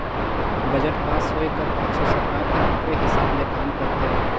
budget pass होए कर पाछू सरकार हर ओकरे हिसाब ले काम करथे